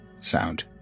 sound